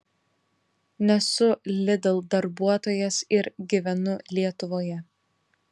nesu lidl darbuotojas ir gyvenu lietuvoje